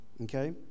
Okay